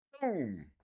Boom